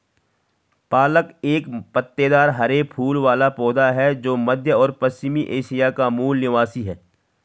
पालक एक पत्तेदार हरे फूल वाला पौधा है जो मध्य और पश्चिमी एशिया का मूल निवासी है